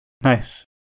Nice